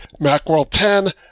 macworld10